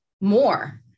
more